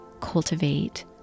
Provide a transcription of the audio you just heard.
cultivate